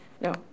No